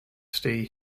stay